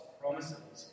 promises